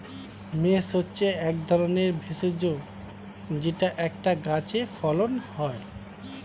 mace হচ্ছে এক ধরনের ভেষজ যেটা একটা গাছে ফলন হয়